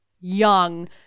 young